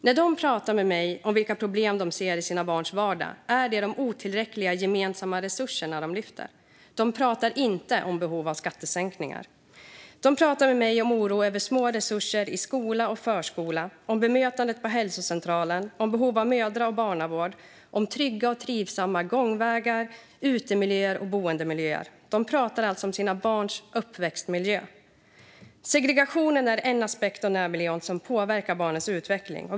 När de pratar med mig om vilka problem de ser i sina barns vardag är det de otillräckliga gemensamma resurserna de tar upp. De pratar inte om behov av skattesänkningar utan om oro över för små resurser i skola och förskola, om bemötandet på hälsocentralen, om behov av mödra och barnavård och om trygga och om trivsamma boendemiljöer, utemiljöer och gångvägar. De pratar alltså om sina barns uppväxtmiljö. Segregation är en aspekt av närmiljön som påverkar barnens utveckling.